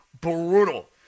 brutal